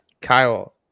Kyle